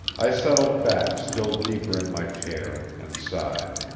i settled back still deeper in my chair and sighed.